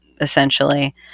essentially